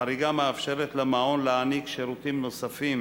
החריגה מאפשרת למעון להעניק שירותים נוספים